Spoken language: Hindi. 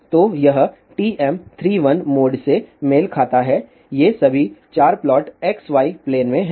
तो यह TM31 मोड से मेल खाता है ये सभी 4 प्लॉट xy प्लेन में हैं